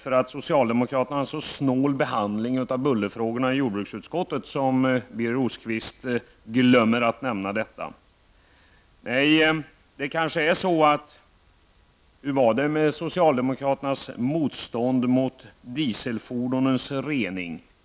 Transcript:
Glömmer Birger Rosqvist att nämna detta, därför att bullerfrågorna får en så snål behandling i jordbruksutskottet? Hur var det med socialdemokraternas motstånd mot dieselfordonens rening?